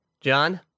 John